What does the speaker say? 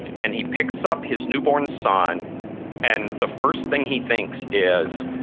and he picks up his newborn son and the first thing he thinks is,